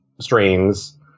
strains